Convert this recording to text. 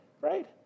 Right